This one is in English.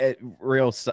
Real